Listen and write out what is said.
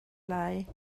lai